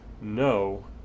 no